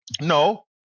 No